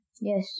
Yes